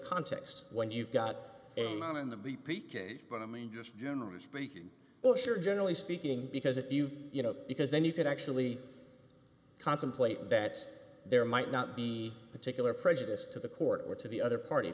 contest when you've got a man in the b p cage but i mean just generally speaking if you're generally speaking because if you you know because then you could actually contemplate that there might not be particular prejudice to the court or to the other party